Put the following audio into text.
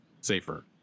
safer